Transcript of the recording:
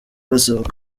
basaba